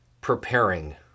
preparing